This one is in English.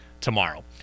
tomorrow